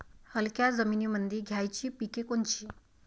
हलक्या जमीनीमंदी घ्यायची पिके कोनची?